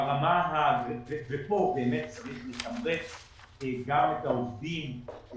וכאן צריך לתמרץ גם את העובדים.